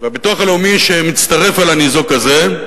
והביטוח הלאומי, שמצטרף אל הניזוק הזה,